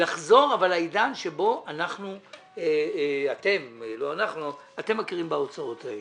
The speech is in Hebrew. לחזור לעידן שבו אתם מכירים בהוצאות האלה.